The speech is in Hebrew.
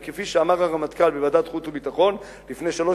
כפי שאמר הרמטכ"ל בוועדת החוץ והביטחון לפני שלוש